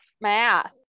math